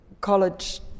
college